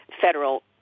federal